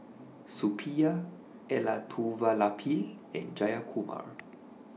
Suppiah Elattuvalapil and Jayakumar